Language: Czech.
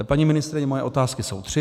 Paní ministryně, moje otázky jsou tři.